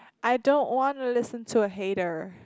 I don't wanna listen to a hater